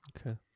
Okay